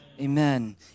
Amen